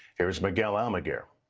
here's miguel almaguer.